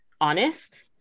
honest